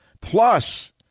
Plus